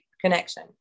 connection